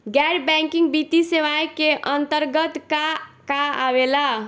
गैर बैंकिंग वित्तीय सेवाए के अन्तरगत का का आवेला?